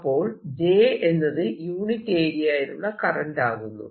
അപ്പോൾ j എന്നത് unit ഏരിയയിലുള്ള കറന്റ് ആകുന്നു